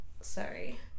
sorry